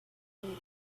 good